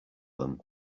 them